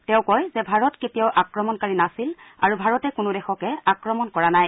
তেওঁ কয় যে ভাৰত কেতিয়াও আক্ৰমণকাৰী নাছিল আৰু ভাৰতে কোনো দেশকে আক্ৰমণ কৰা নাই